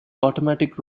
automatic